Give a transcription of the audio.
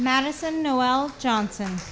madison noel johnson